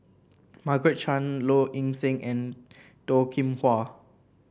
Margaret Chan Low Ing Sing and Toh Kim Hwa